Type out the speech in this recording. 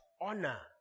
honor